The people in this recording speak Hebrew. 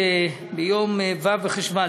ביום ו' בחשוון,